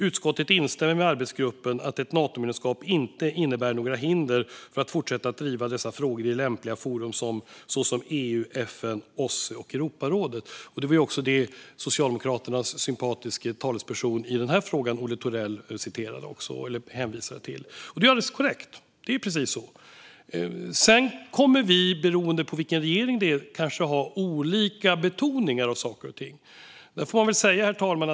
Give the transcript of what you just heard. Utskottet instämmer med arbetsgruppen att ett Natomedlemskap inte innebär några hinder för att fortsätta att driva dessa frågor i lämpliga forum såsom EU, FN, OSSE och Europarådet." Det var också det som Socialdemokraternas sympatiske talesperson i den här frågan, Olle Thorell, citerade och hänvisade till, och det är alldeles korrekt. Det är precis så. Sedan kommer vi, beroende på vilken regering det är, kanske att ha olika betoning på saker och ting. Herr talman!